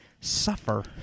suffer